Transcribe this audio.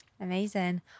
Amazing